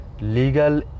legal